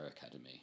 Academy